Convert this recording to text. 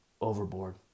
Overboard